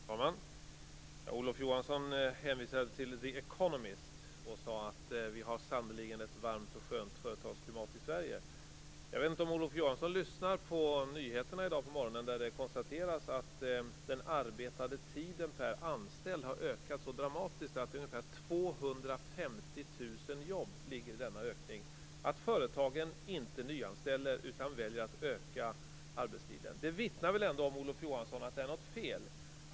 Herr talman! Olof Johansson hänvisade till The Economist och sade att vi sannerligen har ett varmt och skönt företagsklimat i Sverige. Jag vet inte om Olof Johansson lyssnade på nyheterna i dag på morgonen där det konstateras att den arbetade tiden per anställd har ökat så dramatiskt att ungefär 250 000 jobb ligger i denna ökning och att företagen inte nyanställer utan väljer att öka arbetstiden. Det vittnar väl ändå om att det är något fel, Olof Johansson?